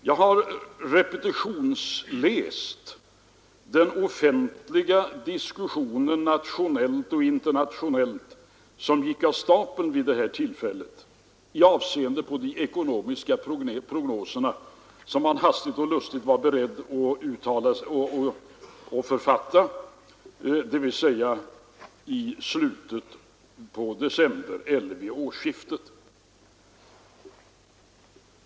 Jag har repetitionsläst den offentliga diskussionen nationellt och internationellt som gick av stapeln vid det här tillfället i avseende på de ekonomiska prognoser som man hastigt och lustigt var beredd att författa, dvs. i slutet på december eller vid årsskiftet.